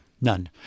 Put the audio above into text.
None